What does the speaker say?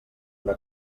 una